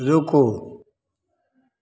रूकु